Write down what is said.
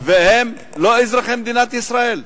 והם לא אזרחי מדינת ישראל.